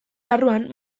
barruan